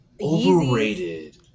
Overrated